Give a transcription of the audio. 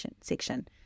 section